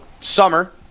summer